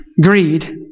greed